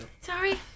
Sorry